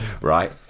Right